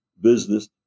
business